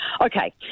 Okay